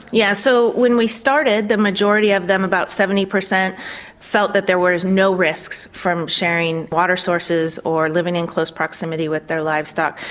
yeah, so when we started the majority of them, about seventy percent felt that there was no risks from sharing water sources or living in close proximity with their livestock.